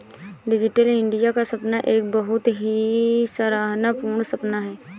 digital India का सपना एक बहुत ही सराहना पूर्ण सपना है